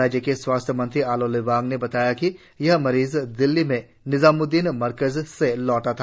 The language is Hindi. राज्य के स्वास्थ्य मंत्री आलो लिबांग ने बताया कि यह मरीज ने दिल्ली में निजाम्द्दीन मरकज से लौटा था